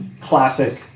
Classic